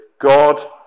God